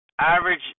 average